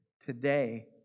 Today